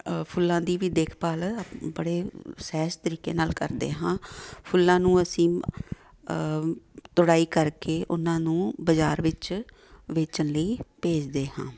ਫੁੱਲਾਂ ਦੀ ਵੀ ਦੇਖ ਭਾਲ ਅ ਬੜੇ ਸਹਿਜ ਤਰੀਕੇ ਨਾਲ ਕਰਦੇ ਹਾਂ ਫੁੱਲਾਂ ਨੂੰ ਅਸੀਂ ਤੁੜਾਈ ਕਰਕੇ ਉਹਨਾਂ ਨੂੰ ਬਾਜ਼ਾਰ ਵਿੱਚ ਵੇਚਣ ਲਈ ਭੇਜਦੇ ਹਾਂ